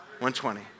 120